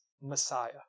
Messiah